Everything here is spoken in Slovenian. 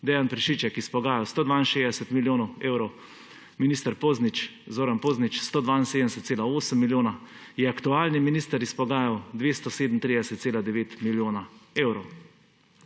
Dejan Prešiček izpogajal 162 milijonov evrov, minister Zoran Poznič 172,8 milijona, je aktualni minister izpogajal 237,9 milijona evrov.